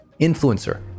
Influencer